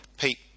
Pete